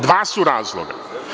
Dva su razloga.